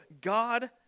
God